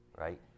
right